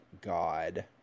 god